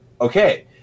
Okay